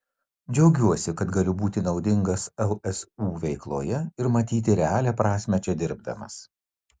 džiaugiuosi kad galiu būti naudingas lsu veikloje ir matyti realią prasmę čia dirbdamas